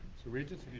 so regents,